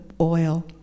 oil